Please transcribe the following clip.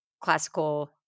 classical